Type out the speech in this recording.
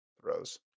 throws